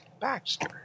Baxter